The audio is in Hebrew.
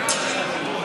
לגמרי.